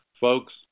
folks